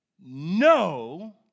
no